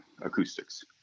acoustics